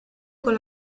con